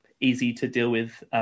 easy-to-deal-with